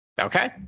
Okay